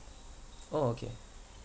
orh okay